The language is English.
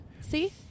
see